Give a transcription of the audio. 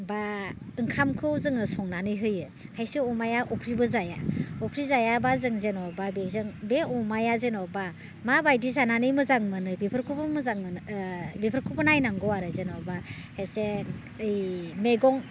बा ओंखामखौ जोङो संनानै होयो खायसे अमाया अफ्रिबो जाया अफ्रि जायाबा जों जेनेबा बेजों बे अमाया जेनेबा माबायदि जानानै मोजां मोनो बेफोरखौबो मोजां मोनो बेफोरखौबो नायनांगौ आरो जेनेबा खायसे ओइ मैगं